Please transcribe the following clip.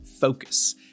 focus